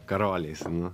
karoliais nu